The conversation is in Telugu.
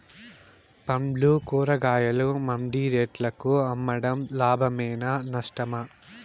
పండ్లు కూరగాయలు మండి రేట్లకు అమ్మడం లాభమేనా నష్టమా?